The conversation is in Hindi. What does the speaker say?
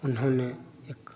उन्होंने एक